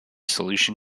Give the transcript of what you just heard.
solution